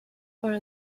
are